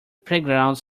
playgrounds